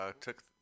took